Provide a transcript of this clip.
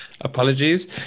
apologies